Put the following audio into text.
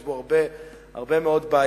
שיש בו הרבה מאוד בעיות,